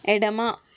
ఎడమ